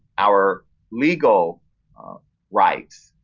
our legal rights,